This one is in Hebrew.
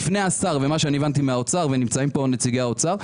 מה שאני הבנתי מהאוצר ונמצאים פה נציגי האוצר,